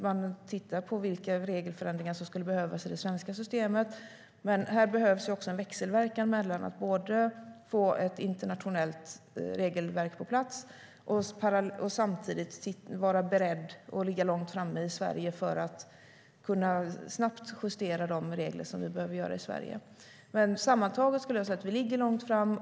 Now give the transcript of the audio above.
Man tittar på vilka regeländringar som skulle behövas i det svenska systemet, men här behövs även en växelverkan för att få ett internationellt regelverk på plats samtidigt som vi i Sverige behöver vara beredda på att ligga långt framme och snabbt kunna justera de regler som behöver justeras här. Sammantaget vill jag säga att vi ligger långt framme.